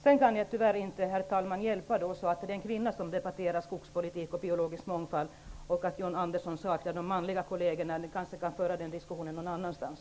Jag kan tyvärr inte hjälpa att det är en kvinna som debatterar skogspolitik och biologisk mångfald och att John Andersson saknar sina manliga kolleger. Ni kanske kan föra den diskussionen någon annanstans.